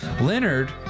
Leonard